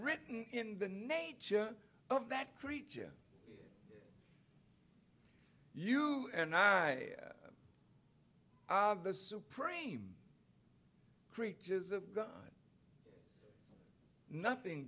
written in the nature of that creature you and i have the supreme creatures of god nothing